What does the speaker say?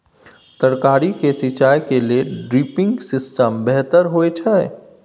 तरकारी के सिंचाई के लेल ड्रिपिंग सिस्टम बेहतर होए छै?